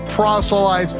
proselytes,